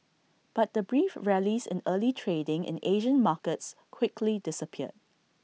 but the brief rallies in early trading in Asian markets quickly disappeared